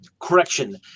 Correction